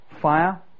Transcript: fire